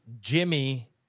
Jimmy